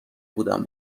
بودم